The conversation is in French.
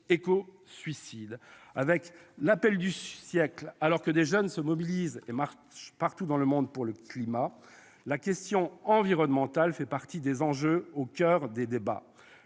écosuicide. Avec « l'affaire du siècle », alors que des jeunes se mobilisent et marchent partout dans le monde pour le climat, la question environnementale est au coeur des débats.